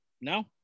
no